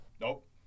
Nope